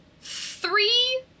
three